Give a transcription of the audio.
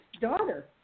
daughter